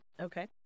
Okay